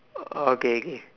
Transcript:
uh okay okay